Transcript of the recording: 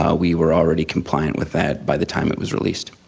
ah we were already compliant with that by the time it was released.